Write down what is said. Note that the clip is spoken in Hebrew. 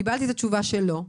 קיבלתי תשובה שלא.